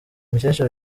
mukecuru